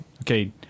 okay